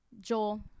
Joel